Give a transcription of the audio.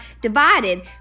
divided